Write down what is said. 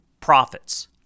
profits